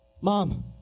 Mom